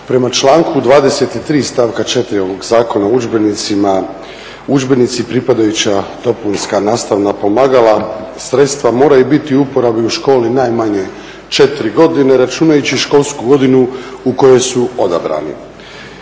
Prema članku 23.stavka 4.ovog Zakona o udžbenicima, udžbenici i pripadajuća dopunska nastavna pomagala sredstva moraju biti u uporabi u školi najmanje 4 godine računajući školsku godinu u kojoj su odabrani.